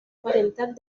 parental